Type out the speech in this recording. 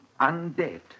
undead